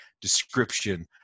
description